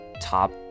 top